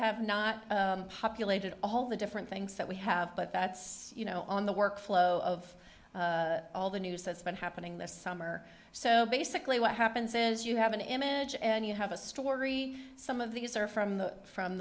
have not populated all the different things that we have but that's you know on the workflow of all the news that's been happening this summer so basically what happens is you have an image and you have a story some of these are from the from